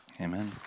Amen